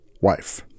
wife